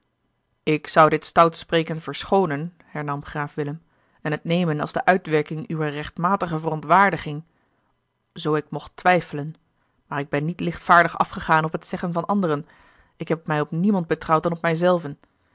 ik zou dit stout spreken verschoonen hernam graaf willem en het nemen als de uitwerking uwer rechtmatige verontwaardiging zoo ik mocht twijfelen maar ik ben niet lichtvaardig afgegaan op het zeggen van anderen ik heb mij op niemand betrouwd dan op mij